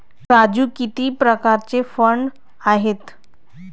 राजू किती प्रकारचे फंड आहेत?